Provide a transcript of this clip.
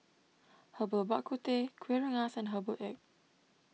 Herbal Bak Ku Teh Kuih Rengas and Herbal Egg